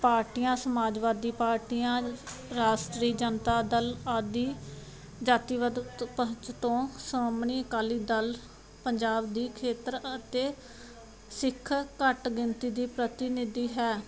ਪਾਰਟੀਆਂ ਸਮਾਜਵਾਦੀ ਪਾਰਟੀਆਂ ਰਾਸ਼ਟਰੀ ਜਨਤਾ ਦਲ ਆਦਿ ਜਾਤੀਵਾਦ ਤੋਂ ਸ਼੍ਰੋਮਣੀ ਅਕਾਲੀ ਦਲ ਪੰਜਾਬ ਦੀ ਖੇਤਰ ਅਤੇ ਸਿੱਖ ਘੱਟ ਗਿਣਤੀ ਦੀ ਪ੍ਰਤੀਨਿਧੀ ਹੈ